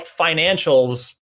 financials